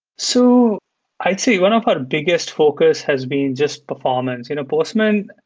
so i'd say one of our biggest focus has been just performance. you know postman,